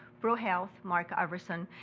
pro-health, mark iverson,